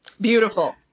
Beautiful